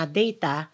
data